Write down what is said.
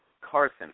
Carson